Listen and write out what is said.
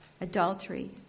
adultery